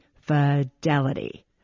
Fidelity